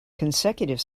consecutive